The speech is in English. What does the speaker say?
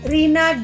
Rina